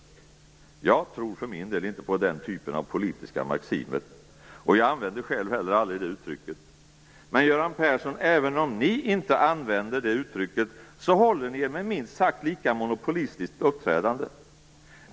Jag tror för min del inte på den typen av politiska maximer, och jag använde aldrig det uttrycket själv. Men, Göran Persson, även om ni inte använder det uttrycket, så håller ni er med minst sagt lika monopolistiskt uppträdande.